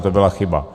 To byla chyba.